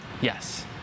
Yes